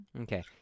Okay